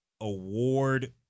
award